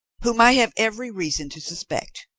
whom i have every reason to suspect.